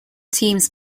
teams